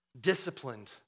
disciplined